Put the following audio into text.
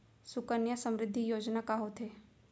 सुकन्या समृद्धि योजना का होथे